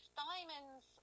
diamonds